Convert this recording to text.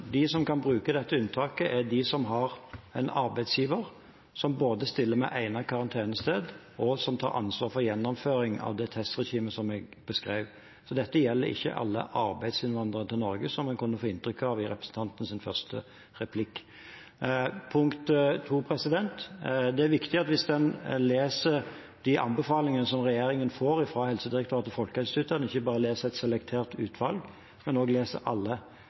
De som kan bruke dette unntaket, er de som har en arbeidsgiver som både stiller med egnet karantenested og tar ansvar for gjennomføring av det testregimet som jeg beskrev. Dette gjelder ikke alle arbeidsinnvandrere til Norge, som en kunne få inntrykk av i representantens første replikk. Punkt 2: Hvis man leser de anbefalingene som regjeringen får fra Helsedirektoratet og Folkehelseinstituttet, er det viktig at man ikke bare leser et selektert utvalg, men også leser alle.